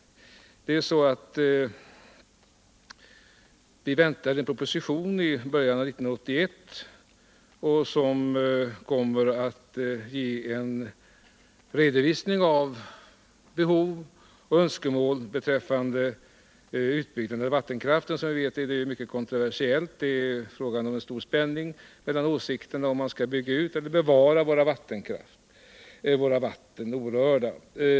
I början av 1981 väntar vi en proposition där man kommer att redovisa behov och önskemål beträffande utbyggnaden av vattenkraften. Som bekant är detta en mycket kontroversiell fråga. Det råder stor spänning mellan åsikterna om man skall bygga ut våra vattendrag eller bevara dem orörda.